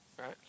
right